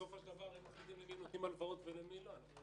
בסופו של דבר הם מחליטים למי הם נותנים הלוואות ולמי לא.